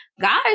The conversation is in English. guys